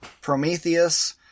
Prometheus